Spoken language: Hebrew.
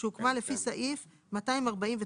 שהוקמה לפי סעיף 248(30).".